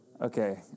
Okay